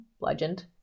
legend